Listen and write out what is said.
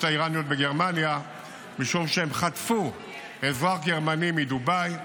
האיראניות בגרמניה משום שחטפו אזרח גרמני מדובאי,